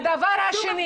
הדבר השני